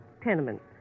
Tenement